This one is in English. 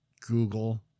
Google